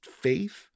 faith